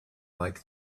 like